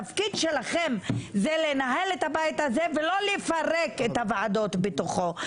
התפקיד שלכם זה לנהל את הבית הזה ולא לפרק את הוועדות בתוכו.